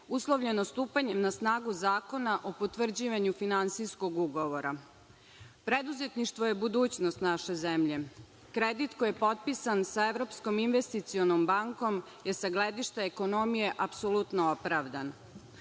uslovljeno stupanjem na snagu Zakona o potvrđivanju finansijskog ugovora. Preduzetništvo je budućnost naše zemlje. Kredit koji je potpisan sa Evropskom investicionom bankom je sa gledišta ekonomije apsolutno opravdan. Ova